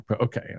Okay